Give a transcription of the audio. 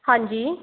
ਹਾਂਜੀ